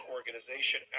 Organization